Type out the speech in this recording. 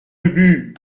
ubu